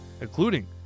including